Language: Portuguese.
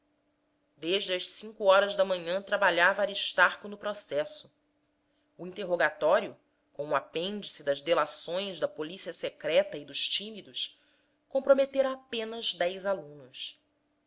desde as cinco horas da manhã trabalhava aristarco no processo o interrogatório com o apêndice das delações da polícia da polícia secreta e dos tímidos comprometera apenas dez alunos